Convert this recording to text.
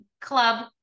club